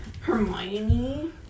Hermione